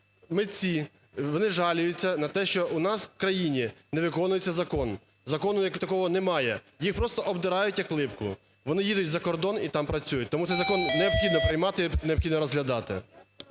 вони жаліються на те, що у нас в країні не виконується закон. Закону як такого немає, їх просто обдирають як липку. Вони їдуть за кордон і там працюють. Тому цей закон необхідно приймати, необхідно розглядати.